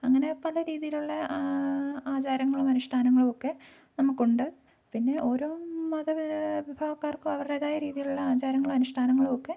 അങ്ങനെ പല രീതിയിലുള്ള ആചാരങ്ങളും അനുഷ്ഠാനങ്ങളും ഒക്കെ നമുക്കുണ്ട് പിന്നെ ഓരോ മത വിഭാഗക്കാർക്കും അവരുടേതായ രീതിയിലുള്ള ആചാരങ്ങളും അനുഷ്ഠാനങ്ങളും ഒക്കെ